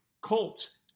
Colts